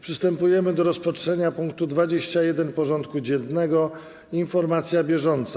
Przystępujemy do rozpatrzenia punktu 21. porządku dziennego: Informacja bieżąca.